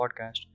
podcast